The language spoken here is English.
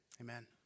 amen